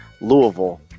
Louisville